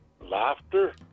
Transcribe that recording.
laughter